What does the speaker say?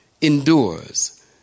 endures